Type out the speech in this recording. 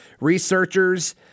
researchers